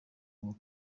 ngo